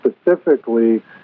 specifically